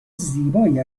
زیبایی